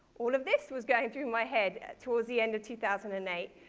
all of this was going through my head towards the end of two thousand and eight,